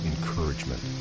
encouragement